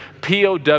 POW